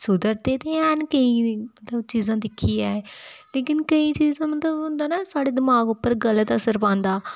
सुधरदे ते हैन केईं ओह् चीज़ां दिक्खियै लेकिन केईं चीज़ां मतलब ओह् होंदा ना साढ़ो दमाक पर गलत असर पांदा